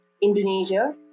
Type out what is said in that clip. Indonesia